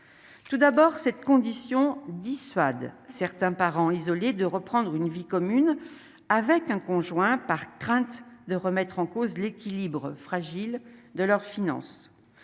tout d'abord cette condition dissuade certains parents isolés de reprendre une vie commune avec un conjoint par crainte de remettre en cause l'équilibre fragile de leurs finances